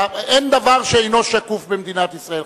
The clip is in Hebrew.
אין דבר שאינו שקוף במדינת ישראל.